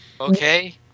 Okay